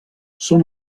són